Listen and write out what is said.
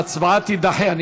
אז ההצבעה תידחה.